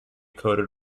coated